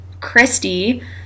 Christy